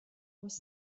was